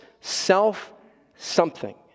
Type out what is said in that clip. Self-something